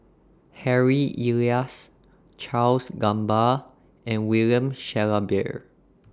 Harry Elias Charles Gamba and William Shellabear